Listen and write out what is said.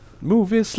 Movie